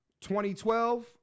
2012